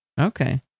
Okay